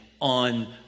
on